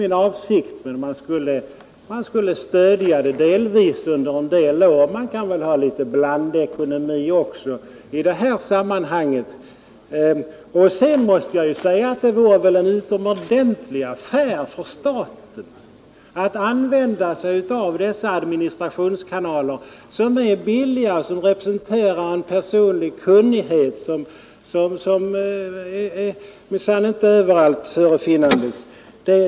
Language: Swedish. Min avsikt var att staten endast skulle lämna stöd under en del år. Man kan väl praktisera ”blandekonomi” också i det här sammanhanget. Det vore väl en utomordentlig affär för staten att använda sig av dessa administrationskanaler, vilka är billiga och representerar en effektivitet som minsann inte erbjuds överallt.